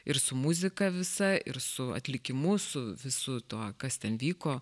ir su muzika visa ir su atlikimu su visu tuo kas ten vyko